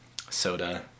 Soda